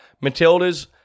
Matilda's